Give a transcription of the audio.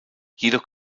jedoch